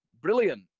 brilliant